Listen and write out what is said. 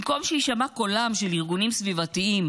במקום שיישמע קולם של ארגונים סביבתיים,